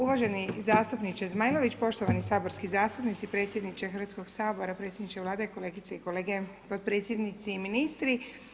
Uvaženi zastupniče Zmajlović, poštovani saborski zastupnici, predsjedniče Hrvatskog sabora, predsjedniče Vlade, kolegice i kolege potpredsjednici i ministri.